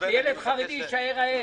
שילד חרדי יישאר רעב.